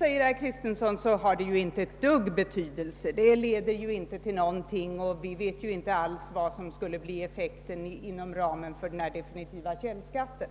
Herr Kristenson säger att den inte har någon betydelse alls, att den inte leder till någonting och att vi inte alls vet vad som skulle bli effekten inom ramen för den definitiva källskatten.